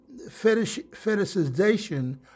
fetishization